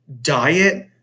diet